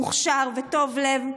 מוכשר וטוב לב,